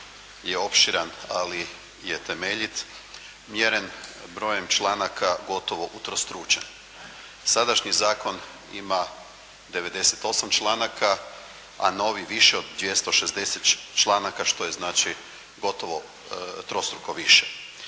je opširan, ali je temeljit, mjeren brojem članaka, gotovo utrostručen. Sadašnji zakon ima 98 članaka, a novi više od 260 članaka, što je znači gotovo trostruko više.